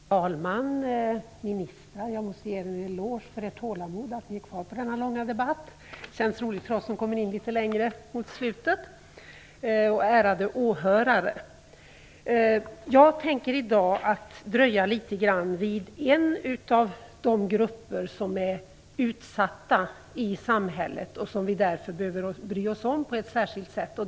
Fru talman! Ärade ministrar och riksdagsledamöter! Ärade åhörare! Jag ber att få ge er en eloge för ert tålamod, för att ni är kvar under denna långa debatt. Det känns roligt för oss som kommer in mot slutet av debatten. Jag kommer i dag att dröja något vid en av de grupper som är utsatta i samhället, en grupp som vi behöver bry oss om på ett särskilt sätt.